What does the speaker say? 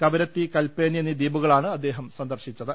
കവറത്തി കൽപേനി എന്നീ ദ്വീപുകളാണ് അദ്ദേഹം സന്ദർശി ച്ചത്